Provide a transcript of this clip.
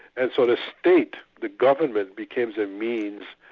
and so the state, the government, becomes a means,